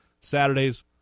Saturdays